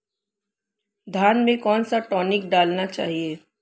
धान में कौन सा टॉनिक डालना चाहिए?